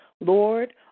Lord